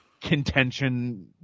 contention